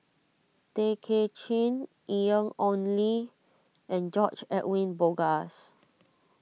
Tay Kay Chin Ian Ong Li and George Edwin Bogaars